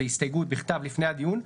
זו הסתייגות בכתב לפני הדיון,